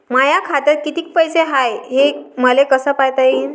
माया खात्यात कितीक पैसे हाय, हे मले कस पायता येईन?